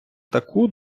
таку